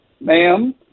ma'am